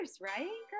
right